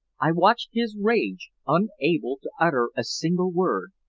i watched his rage, unable to utter a single word.